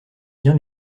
bien